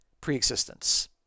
preexistence